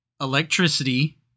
electricity